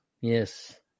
Yes